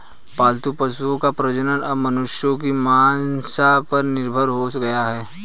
पालतू पशुओं का प्रजनन अब मनुष्यों की मंसा पर निर्भर हो गया है